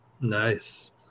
Nice